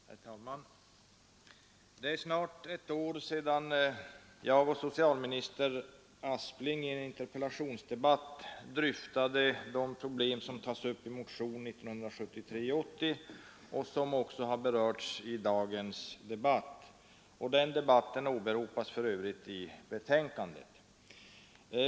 Herr talman! Det är snart ett år sedan jag och socialminister Aspling i en interpellationsdebatt dryftade de problem som tas upp i motionen 80 år 1973 och i dagens diskussion. Interpellationsdebatten åberopas för övrigt i betänkandet.